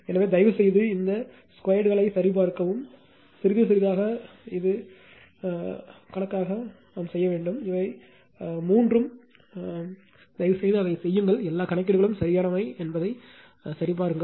எனவே தயவுசெய்து இந்த 2களையும் சரிபார்க்கவும் சிறிது சிறிதாக இது கணக்கீடாக இருக்கும் இவை மூன்றும் தயவுசெய்து அதைச் செய்யுங்கள் எல்லா கணக்கீடுகளும் சரியானவை என்பதைப் பாருங்கள்